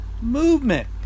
movement